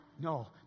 no